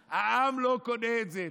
העם לא קונה את זה.